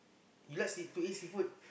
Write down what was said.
you like to eat seafood